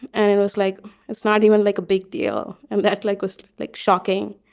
and it was like it's not even like a big deal. and that, like was like, shocking.